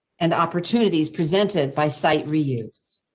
and opportunities presented by sight, reuse.